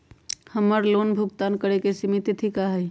हमर लोन भुगतान करे के सिमित तिथि का हई?